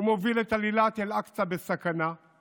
הוא מוביל את עלילת "אל-אקצא בסכנה";